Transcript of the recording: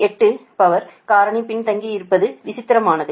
8 power காரணி பின்தங்கியிருப்பது விசித்திரமானது